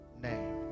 name